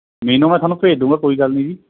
menu ਮੈਂ ਤੁਹਾਨੂੰ ਭੇਜ ਦੂੰਗਾ ਕੋਈ ਗੱਲ ਨਹੀਂ ਜੀ